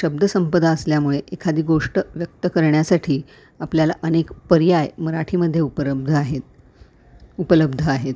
शब्दसंपदा असल्यामुळे एखादी गोष्ट व्यक्त करण्यासाठी आपल्याला अनेक पर्याय मराठीमध्ये उपरब्ध आहेत उपलब्ध आहेत